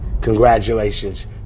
congratulations